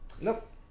Nope